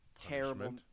terrible